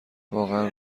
واقعا